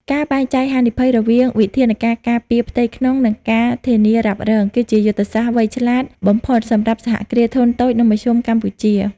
ការបែងចែកហានិភ័យរវាងវិធានការការពារផ្ទៃក្នុង និង ការធានារ៉ាប់រង គឺជាយុទ្ធសាស្ត្រវៃឆ្លាតបំផុតសម្រាប់ សហគ្រាសធុនតូច និងមធ្យម កម្ពុជា។